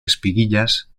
espiguillas